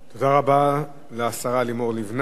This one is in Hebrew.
תודה רבה לשרה לימור לבנת.